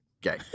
Gay